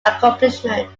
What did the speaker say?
accomplishments